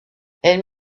elle